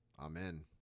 Amen